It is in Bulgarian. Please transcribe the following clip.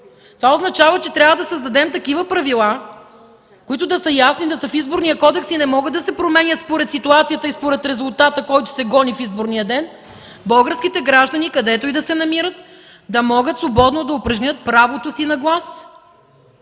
Това означава, че трябва да създадем такива правила, които да са ясни, да са в Изборния кодекс и не могат да се променят според ситуацията и според резултата, който се гони в изборния ден, и българските граждани, където и да се намират, да могат свободно да упражнят правото си на глас